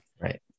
Right